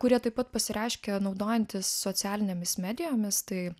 kurie taip pat pasireiškia naudojantis socialinėmis medijomis tai